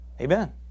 Amen